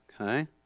Okay